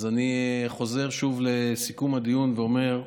אז אני חוזר שוב לסיכום הדיון ואומר: